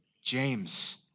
james